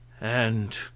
And